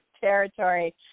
territory